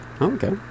Okay